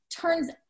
Turns